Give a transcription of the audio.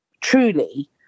truly